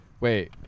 wait